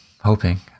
hoping